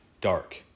dark